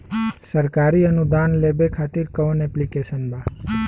सरकारी अनुदान लेबे खातिर कवन ऐप्लिकेशन बा?